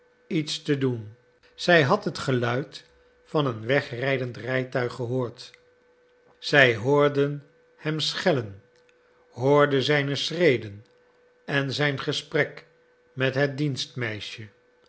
iets te doen zij had het geluid van een wegrijdend rijtuig gehoord zij hoorde hem schellen hoorde zijne schreden en zijn gesprek met het